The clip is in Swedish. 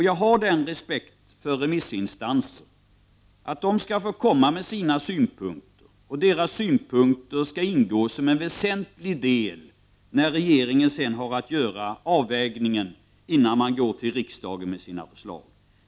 Jag har den respekten för remissinstanserna att de skall få komma med sina synpunkter. Dessa synpunkter skall ingå som en väsentlig del när regeringen har att göra avvägningar innan den går till riksdagen med sina förslag.